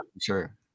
Sure